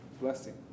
blessing